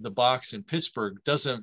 the box in pittsburgh doesn't